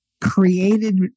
created